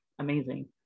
Amazing